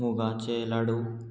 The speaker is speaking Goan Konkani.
मुगाचे लाडू